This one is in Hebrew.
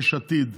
יש עתיד,